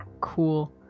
cool